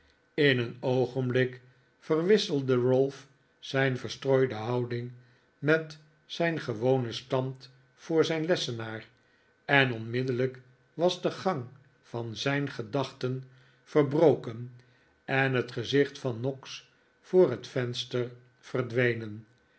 in een oogenblik verwisselde ralph zijn verstrooide houding met zijn gewonen stand voor zijn lessenaar en onmiddellijk was de gang van zijn gedachten verbroken eh het gezicht van noggs voor het venster verdwenen